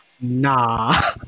Nah